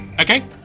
Okay